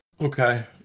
Okay